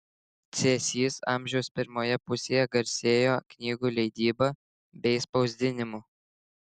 cėsys amžiaus pirmoje pusėje garsėjo knygų leidyba bei spausdinimu